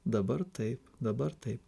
dabar taip dabar taip